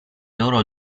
loro